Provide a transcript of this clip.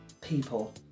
people